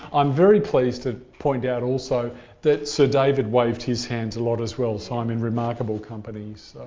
i'm very pleased to point out also that sir david waved his hands a lot as well. so i'm in remarkable company.